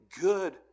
good